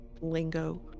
lingo